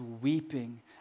weeping